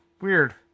weird